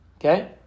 Okay